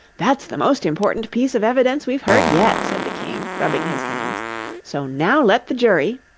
that's the most important piece of evidence we've heard yet said the king, rubbing his hands so now let the jury